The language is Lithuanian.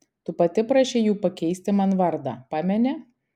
tu pati prašei jų pakeisti man vardą pameni